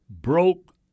broke